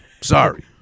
Sorry